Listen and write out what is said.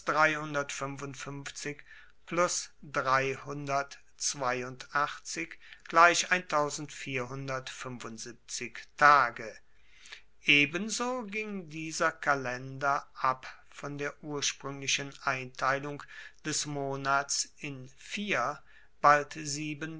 ebenso ging dieser kalender ab von der urspruenglichen einteilung des monats in vier bald sieben